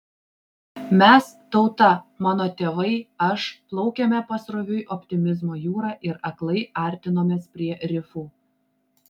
mes tauta mano tėvai aš plaukėme pasroviui optimizmo jūra ir aklai artinomės prie rifų